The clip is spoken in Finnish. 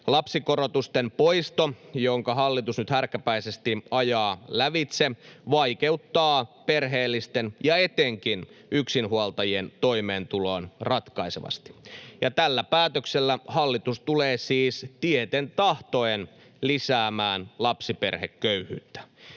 Lapsikorotusten poisto, jonka hallitus nyt härkäpäisesti ajaa lävitse, vaikeuttaa perheellisten ja etenkin yksinhuoltajien toimeentuloa ratkaisevasti. Tällä päätöksellä hallitus tulee siis tieten tahtoen lisäämään lapsiperheköyhyyttä.